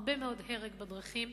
הרבה מאוד הרג בדרכים.